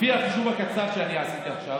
לפי החישוב הקצר שעשיתי עכשיו,